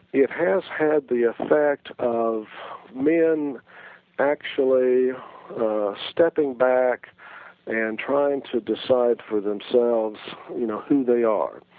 it has had the effect of men actually stepping back and trying to decide for themselves you know who they are.